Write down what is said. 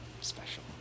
special